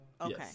Okay